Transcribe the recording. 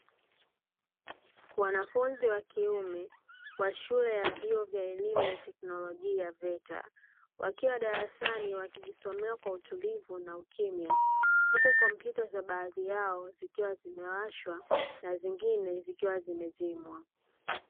Wanafunzi wa kiume wa shule ya vyuo vya elimu ya teknolojia (VETA), wakiwa darasani wakijisomea kwa utulivu na ukimya. Huku kompyuta za baadhi yao zikiwa zimewashwa na zingine zikiwa zimezimwa.